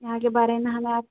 یہاں کے بارے میں حالات